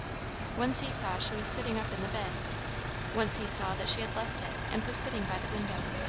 once he saw she was sitting up in the bed once he saw that she had left it and was sitting by the window.